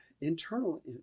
internal